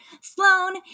Sloane